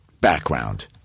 background